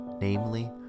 namely